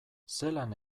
zelan